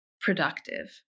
productive